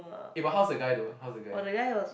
eh but how's the guy though how's the guy